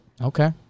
Okay